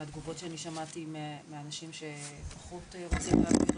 התגובות שאני שמעתי מאנשים שפחות רוצים להעביר